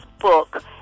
book